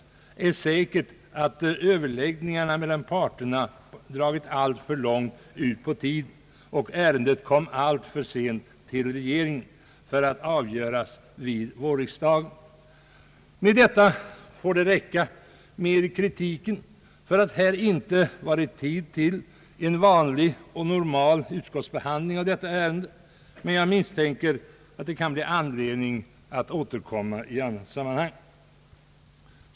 Ett är säkert: överläggningarna mellan parterna har dragit alltför långt ut på tiden och ärendet kom alltför sent till regeringen för att avgöras vid vårriksdagen. Med dessa ord lämnar jag kritiken av att tid inte funnits för en vanlig och normal utskottsbehandling i detta ärende. Men jag misstänker att det kan bli anledning att återkomma i annat sammanhang.